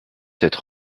cette